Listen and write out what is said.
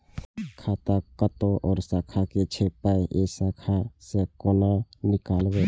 खाता कतौ और शाखा के छै पाय ऐ शाखा से कोना नीकालबै?